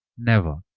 never